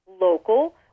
local